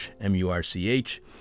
M-U-R-C-H